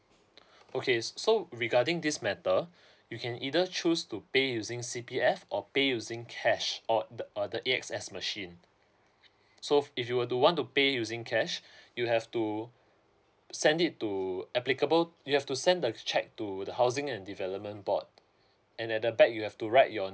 okay so regarding this matter you can either choose to pay using C_P_F or pay using cash or the or the A_X_S machine so if you were to want to pay using cash you have to send it to applicable you have to send the cheque to the housing and development board and at the back you have to write your